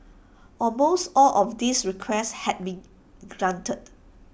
almost all of these requests had been granted